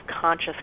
conscious